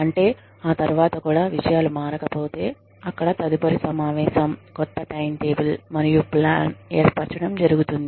అంటే ఆ తరువాత కూడా విషయాలు మారకపోతే అక్కడ తదుపరి సమావేశం కొత్త టైమ్ టేబుల్ మరియు ప్లాన్ ఏర్పరచటం జరుగుతుంది